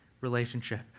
relationship